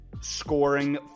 scoring